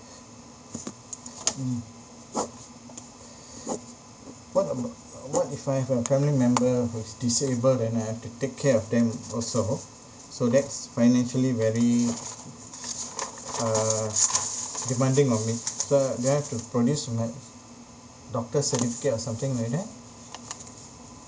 mm what about uh what if I have a family member who is disabled and I have to take care of them also so that's financially very uh demanding on me so do I have to produce some like doctor's certificate or something like that